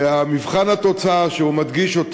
ומבחן התוצאה שהוא מדגיש,